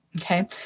okay